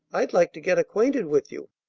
i'd like to get acquainted with you.